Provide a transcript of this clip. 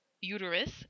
uterus